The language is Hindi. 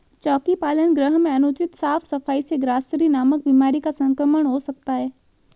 चोकी पालन गृह में अनुचित साफ सफाई से ग्रॉसरी नामक बीमारी का संक्रमण हो सकता है